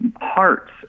hearts